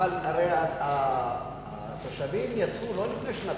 אבל הרי התושבים יצאו לא לפני שנתיים.